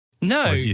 No